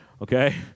Okay